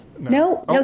No